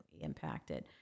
impacted